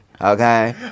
okay